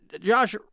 Josh